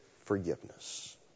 forgiveness